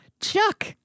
Chuck